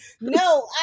No